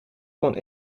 kon